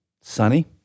sunny